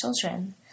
children